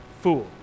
fool